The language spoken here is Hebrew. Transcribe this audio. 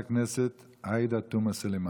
חברת הכנסת עאידה תומא סלימאן.